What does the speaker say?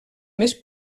més